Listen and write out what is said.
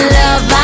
love